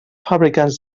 fabricants